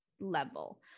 level